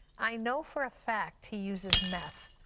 i know for a fact he used meth.